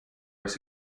its